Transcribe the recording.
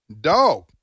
Dog